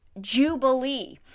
Jubilee